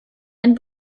ein